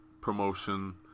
promotion